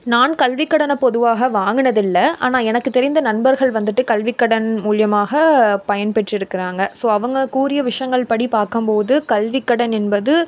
நான் கல்விக் கடனை பொதுவாக வாங்கினதில்ல ஆனால் எனக்கு தெரிந்த நண்பர்கள் வந்துட்டு கல்வி கடன் மூலயமாக பயன்பெற்றிருக்குறாங்க ஸோ அவங்க கூறிய விஷயங்கள்படி பார்க்கம்போது கல்விக் கடன் என்பது